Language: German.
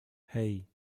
hei